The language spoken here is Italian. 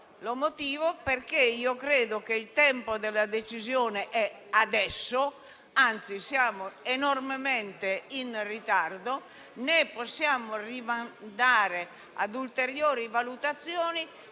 come da Regolamento. Credo che il tempo della decisione sia adesso, anzi siamo enormemente in ritardo, né possiamo rimandare ad ulteriori valutazioni.